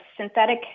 synthetic